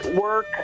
work